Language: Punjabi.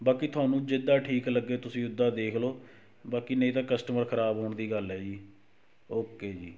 ਬਾਕੀ ਤੁਹਾਨੂੰ ਜਿੱਦਾਂ ਠੀਕ ਲੱਗੇ ਤੁਸੀਂ ਉੱਦਾਂ ਦੇਖ ਲਓ ਬਾਕੀ ਨਹੀਂ ਤਾਂ ਕਸਟਮਰ ਖ਼ਰਾਬ ਹੋਣ ਦੀ ਗੱਲ ਹੈ ਜੀ ਓਕੇ ਜੀ